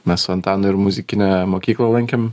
mes su antanu ir muzikinę mokyklą lankėm